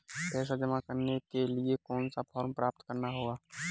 पैसा जमा करने के लिए कौन सा फॉर्म प्राप्त करना होगा?